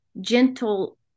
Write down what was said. gentle